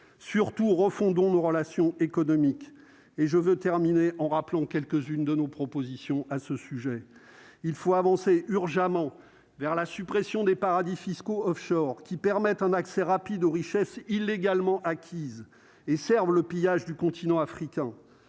surtout refont dont nos relations économiques et je veux terminer en rappelons quelques-unes de nos propositions à ce sujet, il faut avancer urgemment vers la suppression des paradis fiscaux Offshore qui permet un accès rapide aux richesses illégalement acquises et Servent le pillage du continent africain,